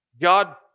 God